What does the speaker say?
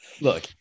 look